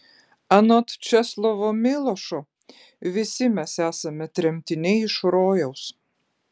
anot česlovo milošo visi mes esame tremtiniai iš rojaus